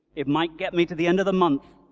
it might get me to the end of the month,